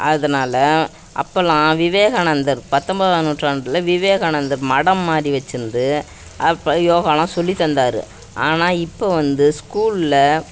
அதனால அப்பெல்லாம் விவேகானந்தர் பத்தொம்பதாம் நூற்றாண்டில் விவேகானந்தர் மடம் மாதிரி வெச்சுருந்து அப்போ யோகாயெல்லாம் சொல்லித் தந்தார் ஆனால் இப்போ வந்து ஸ்கூலில்